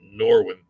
Norwin